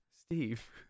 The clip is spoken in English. Steve